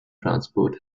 transport